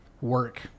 work